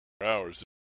hours